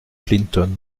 clinton